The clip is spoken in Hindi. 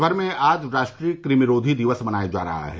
देशभर में आज राष्ट्रीय क़मिरोधी दिवस मनाया जा रहा है